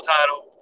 title